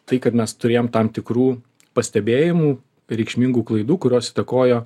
tai kad mes turėjom tam tikrų pastebėjimų reikšmingų klaidų kurios įtakojo